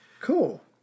Cool